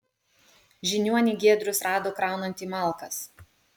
žiniuonį giedrius rado kraunantį malkas